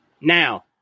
Now